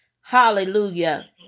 hallelujah